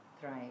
thrive